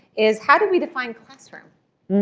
is how do we define classroom?